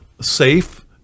safe